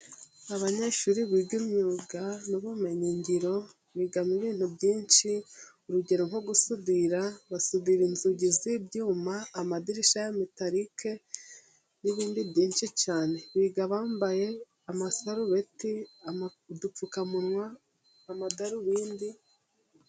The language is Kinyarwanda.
Abanyeshuri biga imyuga n'ubumenyingiro, bigamo ibintu byinshi urugero nko gusudira, basudira inzugi z'ibyuma, amadirishya ya metalike n'ibindi byinshi cyane, biga bambaye amasarubeti, udupfukamunwa, amadarubindi.